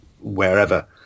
wherever